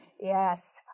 Yes